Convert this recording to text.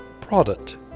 product